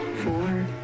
Four